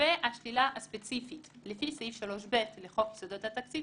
לגבי השלילה הספציפית לפי סעיף 3ב לחוק יסודות התקציב,